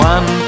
One